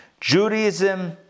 Judaism